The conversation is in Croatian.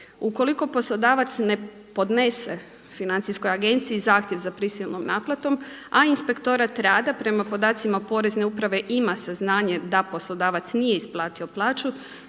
Ukoliko poslodavac ne podnese Financijskoj agenciji zahtjev za prisilnom naplatom a inspektorat rada prema podacima porezne uprave ima saznanje da poslodavac nije isplatio plaću